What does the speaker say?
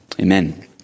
Amen